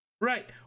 Right